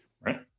right